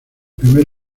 primer